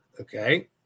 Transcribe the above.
okay